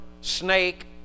snake